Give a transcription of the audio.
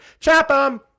CHOP'EM